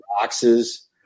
boxes